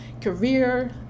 career